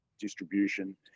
distribution